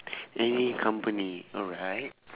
any company alright